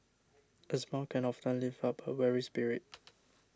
a smile can often lift up a weary spirit